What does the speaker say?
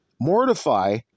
mortify